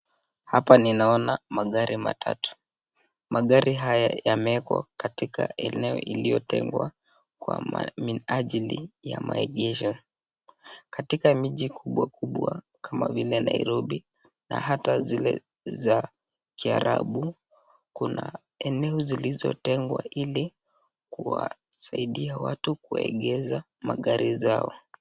Hapa ninaona magari matatu, magari haya yamewekwa katika eneo iliyotengwa kwa minajili ya maegesho katika miji kubwa kubwa kama vile Nairobi na hata zile za kiarabu kuna eneo zilizotengwa ili kuwasaidia watu kuegeza magari zao.